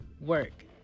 work